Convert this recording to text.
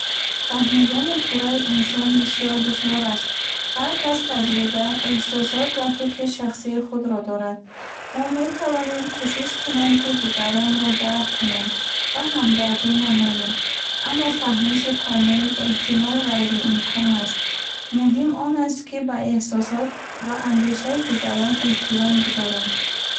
Фаҳмидани пурраи инсон бисёр душвор аст. Ҳар кас таҷриба, эҳсосот ва фикри шахсии худро дорад. Мо метавонем кӯшиш кунем, ки дигаронро дарк кунем ва ҳамдардӣ намоем. Аммо фаҳмиши комил эҳтимол ғайриимкон аст. Муҳим он аст, ки ба эҳсосот ва андешаи дигарон эҳтиром гузорем.